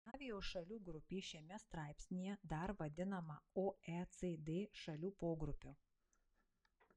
skandinavijos šalių grupė šiame straipsnyje dar vadinama oecd šalių pogrupiu